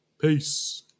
Peace